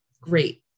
great